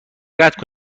قطع